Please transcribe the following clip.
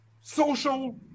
social